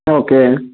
okay